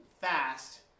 fast